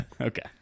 Okay